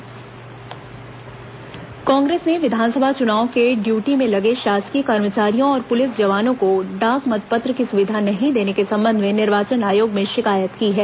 कांग्रेस शिकायत कांग्रेस ने विधानसभा चुनाव के ड्यूटी में लगे शासकीय कर्मचारियों और पुलिस जवानों को डाक मतपत्र की सुविधा नहीं देने के संबंध में निर्वाचन आयोग में शिकायत की है